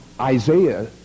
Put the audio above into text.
Isaiah